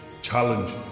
challenge